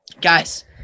Guys